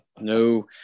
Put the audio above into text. no